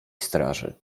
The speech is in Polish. straży